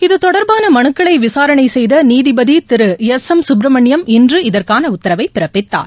இதுதொடர்பான மனுக்களை விசாரணை செய்த நீதிபதி திரு எஸ் எம் சுப்ரமணியம் இன்று இதற்கான உத்தரவை பிறப்பித்தார்